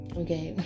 okay